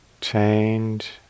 change